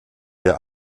der